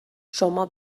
شما